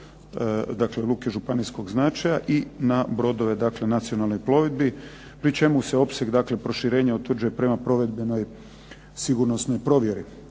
na luke županijskog značaja i na brodove dakle nacionalnoj plovidbi pri čemu se opseg proširenja utvrđuje prema provedbenoj sigurnosnoj provjeri.